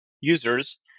users